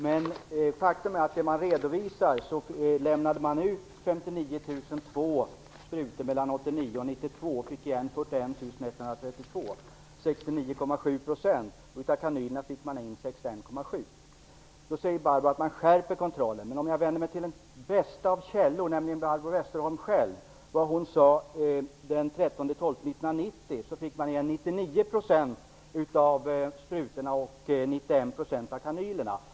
Men faktum är att man redovisar att 59 002 sprutor lämnades ut mellan 1989 Barbro Westerholm säger att man skärper kontrollen. Men om jag vänder mig till den bästa av källor, nämligen Barbro Westerholm själv, och ser till vad hon sade den 13 december 1990 får jag veta att man fick tillbaka 99 % av sprutorna och 91 % av kanylerna.